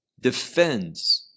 defends